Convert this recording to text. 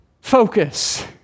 focus